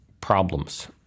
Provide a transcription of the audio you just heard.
problems